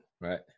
right